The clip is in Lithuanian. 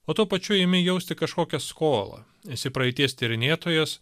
o tuo pačiu imi jausti kažkokią skolą esi praeities tyrinėtojas